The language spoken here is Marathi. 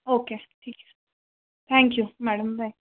ओक्के ठीक आहे थँक्यू मॅडम बाय